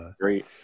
Great